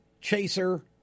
chaser